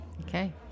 Okay